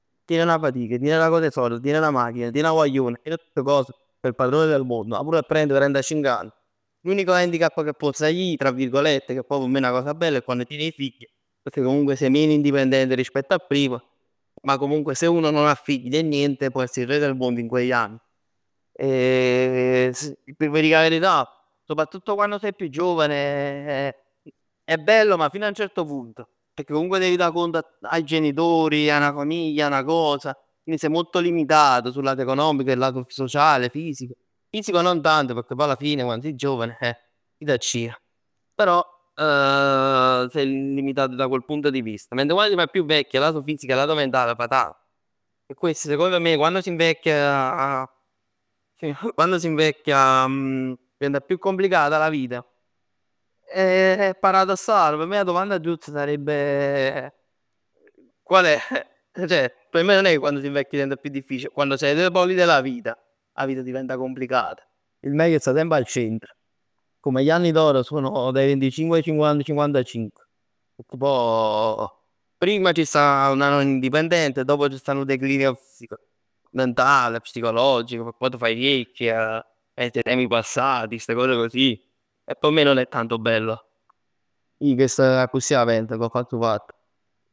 Tien 'na fatic, tien 'na cos 'e sord, tien 'na machin, 'tien 'a guagliona, tien tutt cos, sei il padrone del mondo. Ma pur 'a trenta, trentacinc anni l'unico handicap ch' può saglì, tra virgolette, che pò p' me è 'na cosa bella, è quann tien 'e figli pecchè comunque sei meno indipendente rispetto a prima, ma comunque se uno non ha figli nè niente, può essere il re del mondo in quegli anni. Se vi dic 'a verità, soprattutto quando fai più giovane, è bello ma fino a un certo punto, pecchè comunque devi dà conto ai genitori, a 'na famiglia, a 'na cosa. Quindi sei molto limitato sul lato economico, sul lato sociale, fisico. Fisico non tanto pecchè poj alla fine quann sij giovane chi t'accir. Però sei limitato da quel punto di vista, mentre quando ti fai più vecchio, il lato fisico e il lato mentale fa tanto. P' questo secondo me quando si invecchia, quando si invecchia diventa più complicata la vita? Eh è paradossale, p' me 'a domanda giusta sarebbe, qual è ceh, p' me non è che quando si invecchia la vita diventa più difficile. Quando si è ai due poli della vita, 'a vita diventa complicata. Il meglio sta semp al centro. Come gli anni d'oro sono dai venticinque ai cinquant cinquantacinque, pecchè poj prima ci sta una non indipendenza e dopo c' sta 'nu declino fisico, mentale, psicologico, poj t' faj viecch. Ai tuoi tempi passati, ste cose così. E p' me non è tanto bello. Ij chest, accussì 'a pens ngopp 'a stu fatt.